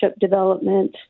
development